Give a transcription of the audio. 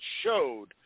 showed